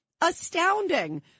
astounding